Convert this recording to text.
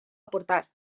aportar